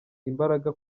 imbaraga